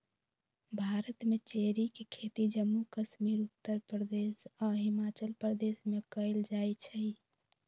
भारत में चेरी के खेती जम्मू कश्मीर उत्तर प्रदेश आ हिमाचल प्रदेश में कएल जाई छई